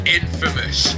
infamous